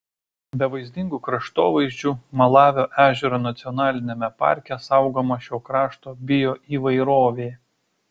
be vaizdingų kraštovaizdžių malavio ežero nacionaliniame parke saugoma šio krašto bioįvairovė